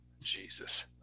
Jesus